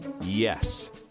Yes